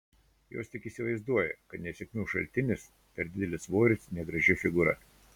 jos tik įsivaizduoja kad nesėkmių šaltinis per didelis svoris negraži figūra